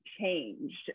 changed